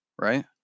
right